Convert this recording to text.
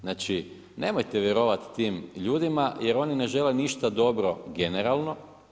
Znači, nemojte vjerovati tim ljudima jer oni ne žele ništa dobro generalno.